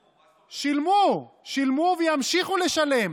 שילמו, שילמו וימשיכו לשלם.